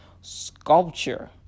sculpture